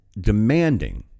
demanding